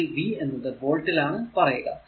ഇതിൽ v എന്നത് വോൾട്ടിൽ ആണ് പറയുക